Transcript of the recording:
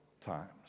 times